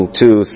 two